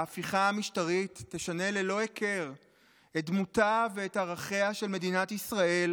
ההפיכה המשטרית תשנה ללא הכר את דמותה ואת ערכיה של מדינת ישראל,